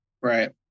Right